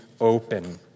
open